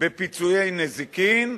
בפיצויי נזיקין,